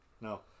No